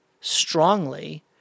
strongly